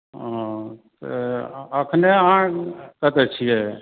हँ तऽ एखने अहाँ आबि सकै छिए